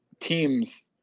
teams